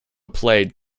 played